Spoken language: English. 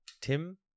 Tim